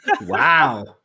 Wow